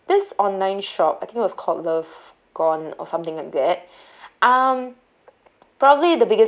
this online shop I think it was called love gone or something like that um probably the biggest